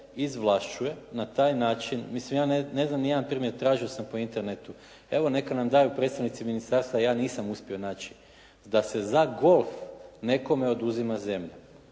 izvlašćuje na taj način, mislim ja ne znam ni jedan primjer, tražio sam po Internetu. Evo neka nam daju predstavnici ministarstva, ja nisam uspio naći da se za golf nekome oduzima zemlja.